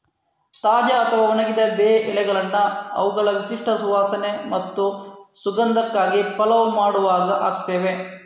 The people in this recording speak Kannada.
ತಾಜಾ ಅಥವಾ ಒಣಗಿದ ಬೇ ಎಲೆಗಳನ್ನ ಅವುಗಳ ವಿಶಿಷ್ಟ ಸುವಾಸನೆ ಮತ್ತು ಸುಗಂಧಕ್ಕಾಗಿ ಪಲಾವ್ ಮಾಡುವಾಗ ಹಾಕ್ತೇವೆ